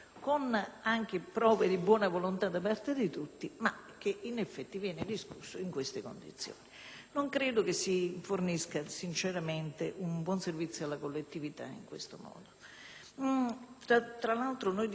Non credo si fornisca un buon servizio alla collettività in questo modo. Tra l'altro, discutiamo di un disegno di legge che fa parte del cosiddetto pacchetto sicurezza e che contiene norme eterogenee: